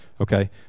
okay